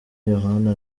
yohana